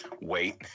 wait